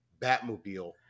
Batmobile